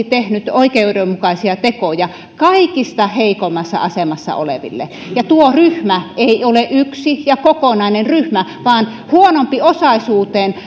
tehnyt oikeudenmukaisia tekoja kaikista heikoimmassa asemassa oleville tuo ryhmä ei ole yksi ja kokonainen ryhmä vaan huonompiosaisuuteen